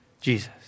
Jesus